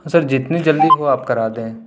سر جتنی جلدی ہو آپ کرادیں